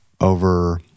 over